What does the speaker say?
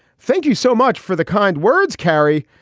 thank you so much for the kind words carry.